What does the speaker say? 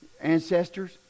ancestors